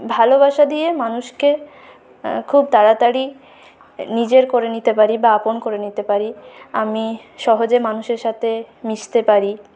ভালোবাসা দিয়ে মানুষকে খুব তাড়াতাড়ি নিজের করে নিতে পারি বা আপন করে নিতে পারি আমি সহজে মানুষের সাথে মিশতে পারি